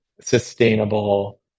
sustainable